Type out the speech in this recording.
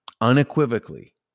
unequivocally